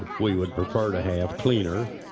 we would prefer to have cleaner,